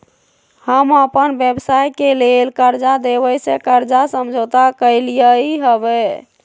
हम अप्पन व्यवसाय के लेल कर्जा देबे से कर्जा समझौता कलियइ हबे